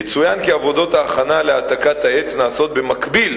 יצוין כי עבודות ההכנה להעתקת העץ נעשות במקביל